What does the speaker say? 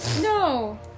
No